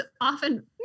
often